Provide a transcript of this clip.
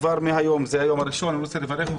זה היום הראשון שלי בוועדה.